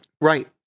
Right